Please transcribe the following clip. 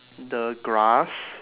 the grass